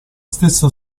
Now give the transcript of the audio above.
stessa